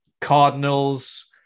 Cardinals